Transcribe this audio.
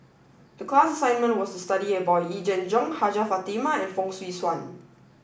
the class assignment was to study about Yee Jenn Jong Hajjah Fatimah and Fong Swee Suan